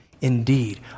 indeed